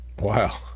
Wow